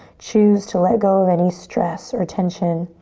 choose to let go of any stress or tension